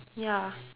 ya